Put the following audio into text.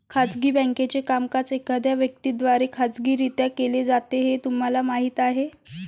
खाजगी बँकेचे कामकाज एखाद्या व्यक्ती द्वारे खाजगीरित्या केले जाते हे तुम्हाला माहीत आहे